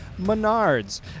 Menards